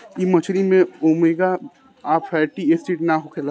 इ मछरी में ओमेगा आ फैटी एसिड ना होखेला